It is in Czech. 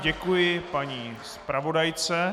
Děkuji paní zpravodajce.